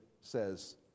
says